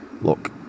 look